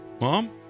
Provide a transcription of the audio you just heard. Mom